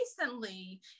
recently